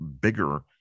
bigger